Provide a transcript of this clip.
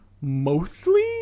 mostly